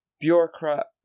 bureaucrat